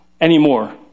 anymore